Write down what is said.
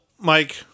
Mike